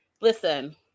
Listen